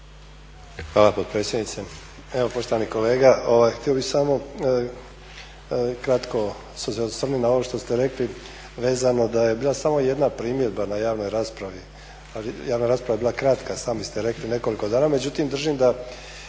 Hvala potpredsjednice. Evo poštovani kolega, htio bih samo kratko se osvrnut na ovo što ste rekli vezano da je bila samo jedna primjedba na javnoj raspravi, ali javna rasprava je bila kratka, sami ste rekli nekoliko dana. Međutim, držim da